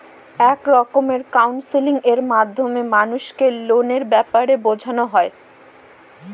এক রকমের কাউন্সেলিং এর মাধ্যমে মানুষকে লোনের ব্যাপারে বোঝানো হয়